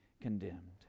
condemned